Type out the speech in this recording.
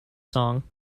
song